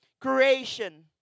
creation